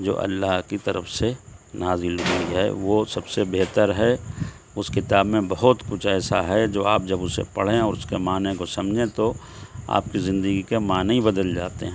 جو اللہ کی طرف سے نازل ہوئی ہے وہ سب سے بہتر ہے اس کتاب میں بہت کچھ ایسا ہے جو آپ جب اسے پڑھیں اس کے معنے کو سمجھیں تو آپ کی زندگی کے معنی ہی بدل جاتے ہیں